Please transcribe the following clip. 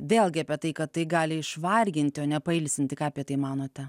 vėlgi apie tai kad tai gali išvarginti o ne pailsinti ką apie tai manote